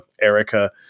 Erica